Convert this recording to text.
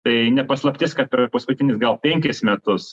tai ne paslaptis kad per paskutinius gal penkis metus